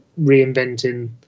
reinventing